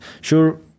sure